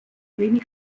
wenig